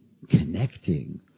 connecting